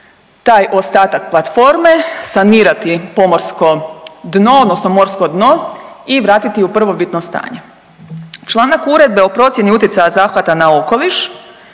taj ostatak platforme, sanirati pomorsko dno odnosno morsko dno i vratiti u prvobitno stanje. Članak Uredbe o procjeni utjecaja zahvata na okoliš